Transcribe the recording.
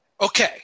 okay